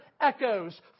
echoes